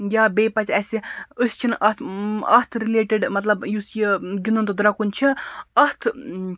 یا بیٚیہِ پَزِ اَسہِ أسۍ چھِنہٕ اَتھ اَتھ رِلیٹِڈ مطلب یُس یہِ گِنٛدُن تہٕ درٛۄکُن چھِ اَتھ